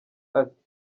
ati